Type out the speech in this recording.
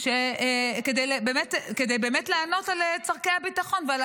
כדי באמת לענות על צורכי הביטחון ועל